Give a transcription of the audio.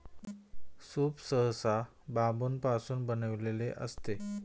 soup सहसा बांबूपासून बनविलेले असते